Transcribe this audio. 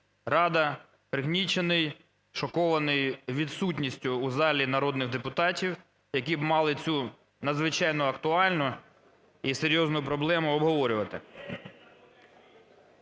"Рада" пригнічений, шокований відсутністю у залі народних депутатів, які б мали цю надзвичайно актуальну і серйозну проблему обговорювати.